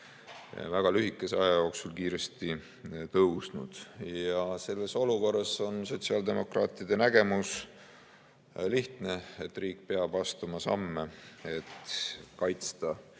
väga lühikese aja jooksul kiiresti tõusnud ja selles olukorras on sotsiaaldemokraatide nägemus lihtne: riik peab astuma samme, et kaitsta